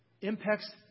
impacts